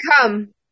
come